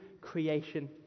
creation